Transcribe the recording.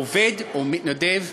עובד או מתנדב,